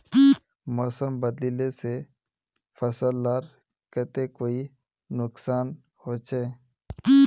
मौसम बदलिले से फसल लार केते कोई नुकसान होचए?